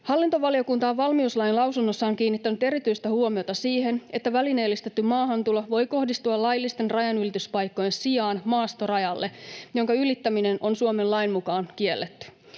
Hallintovaliokunta on valmiuslain lausunnossaan kiinnittänyt erityistä huomiota siihen, että välineellistetty maahantulo voi kohdistua laillisten rajanylityspaikkojen sijaan maastorajalle, jonka ylittäminen on Suomen lain mukaan kielletty.